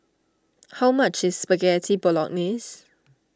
how much is Spaghetti Bolognese